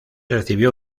recibió